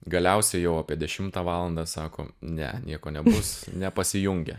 galiausiai jau apie dešimtą valandą sako ne nieko nebus nepasijungia